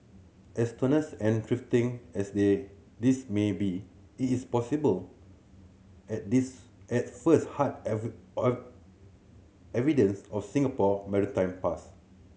as tenuous and trifling as they this may be it is possible at this at first hard evidence of Singapore maritime past